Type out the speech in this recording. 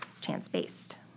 chance-based